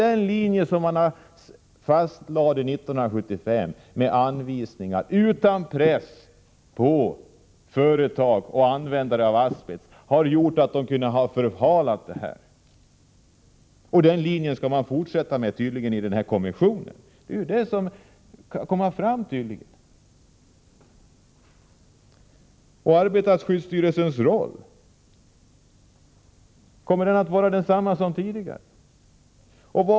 Den linje som fastlades 1975 med anvisningar utan press på företag och användare av asbest har lett till att man har kunnat förhala när det gäller åtgärderna. Den linjen skall man tydligen fortsätta att driva i kommissionen. Kommer arbetarskyddsstyrelsens roll att vara densamma som tidigare?